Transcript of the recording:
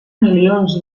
milions